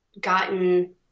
gotten